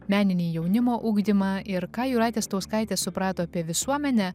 meninį jaunimo ugdymą ir ką jūratė stauskaitė suprato apie visuomenę